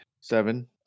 seven